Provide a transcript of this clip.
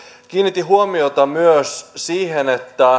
kiinnitin huomiota myös siihen